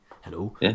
hello